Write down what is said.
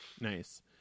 Nice